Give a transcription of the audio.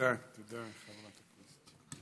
תודה, תודה, חברת הכנסת שלי,